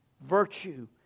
Virtue